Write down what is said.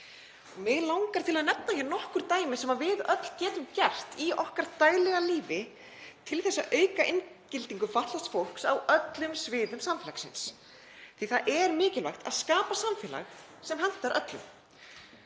Mig langar til að nefna hér nokkur dæmi sem við getum öll gert í okkar daglega lífi til þess að auka inngildingu fatlaðs fólks á öllum sviðum samfélagsins því að það er mikilvægt að skapa samfélag sem hentar öllum.